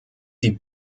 die